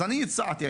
אז אני הצעתי הצעה,